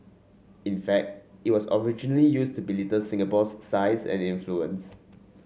in fact it was originally used to belittle Singapore's size and influence